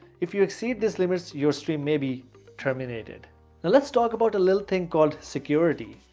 if you exceed this limit, your stream may be terminated. now let's talk about a little thing called security.